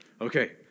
Okay